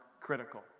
critical